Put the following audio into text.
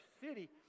city